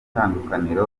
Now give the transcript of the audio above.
itandukaniro